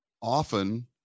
often